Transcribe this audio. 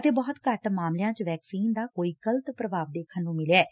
ਅਤੇ ਬਹੁਤ ਘੱਟ ਮਾਮਲਿਆਂ ਚ ਵੈਕਸੀਨ ਦਾ ਕੋਈ ਗਲਤ ਪ੍ਰਭਾਵ ਦੇਖਣ ਨੂੂੂੂੂ ਮਿਲਿਆ ਏ